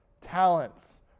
talents